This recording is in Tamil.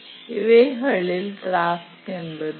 இவைகளில் டாஸ்க் என்பது இல்லை